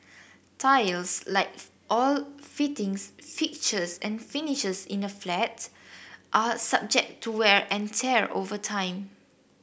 tiles like all fittings fixtures and finishes in a flats are subject to wear and tear over time